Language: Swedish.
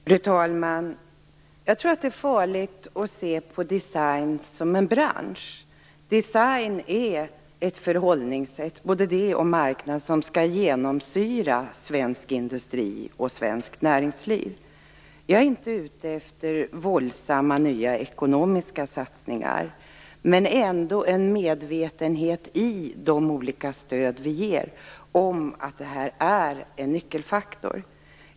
Fru talman! Jag tror att det är farligt att se på design som en bransch. Design är ett förhållningssätt och en marknad som skall genomsyra svensk industri och svenskt näringsliv. Jag är inte ute efter våldsamma nya ekonomiska satsningar, men jag vill ha en medvetenhet i de olika stöd som ges om att detta är en nyckelfaktor.